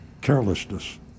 carelessness